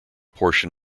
portion